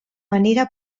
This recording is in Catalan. manera